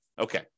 Okay